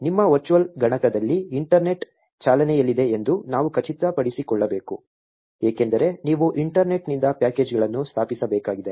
ನಿಮ್ಮ ವರ್ಚುವಲ್ ಗಣಕದಲ್ಲಿ ಇಂಟರ್ನೆಟ್ ಚಾಲನೆಯಲ್ಲಿದೆ ಎಂದು ನಾವು ಖಚಿತಪಡಿಸಿಕೊಳ್ಳಬೇಕು ಏಕೆಂದರೆ ನೀವು ಇಂಟರ್ನೆಟ್ನಿಂದ ಪ್ಯಾಕೇಜ್ಗಳನ್ನು ಸ್ಥಾಪಿಸಬೇಕಾಗಿದೆ